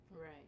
right